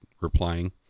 replying